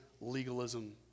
legalism